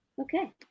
Okay